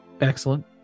Excellent